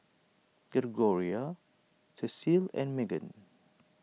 Gregoria Cecile and Magan